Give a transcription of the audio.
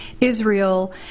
Israel